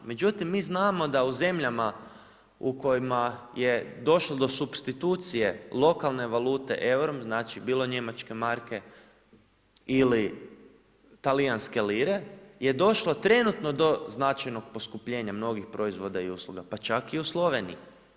Međutim mi znamo da u zemljama da u zemljama u kojima je došlo do supstitucije lokalne valute EUR-om znači bilo njemačke marke ili talijanske lire je došlo trenutno do značajnog poskupljenja mnogih proizvoda i usluga, pa čak i u Sloveniji.